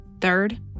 Third